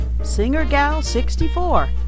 singergal64